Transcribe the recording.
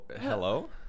hello